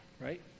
right